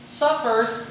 suffers